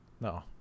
No